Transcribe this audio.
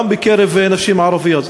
גם בקרב נשים ערביות.